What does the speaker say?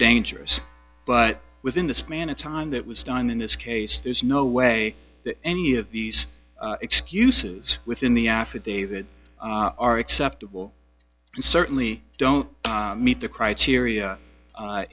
dangerous but within the span of time that was done in this case there's no way that any of these excuses within the affidavit are acceptable and certainly don't meet the criteria